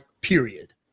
period